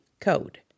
code